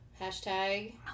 hashtag